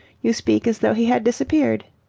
you speak as though he had disappeared.